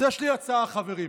אז יש לי הצעה, חברים.